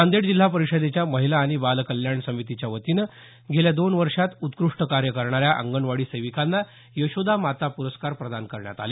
नांदेड जिल्हा परिषदेच्या महिला आणि बाल कल्याण समितीच्या वतीनं गेल्या दोन वर्षात उत्कृष्ट कार्य करणाऱ्या अंगणवाडी सेविकांना यशोदामाता प्रस्कार प्रदान करण्यात आले